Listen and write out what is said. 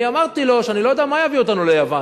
אמרתי לו שאני לא יודע מה יביא אותנו ליוון,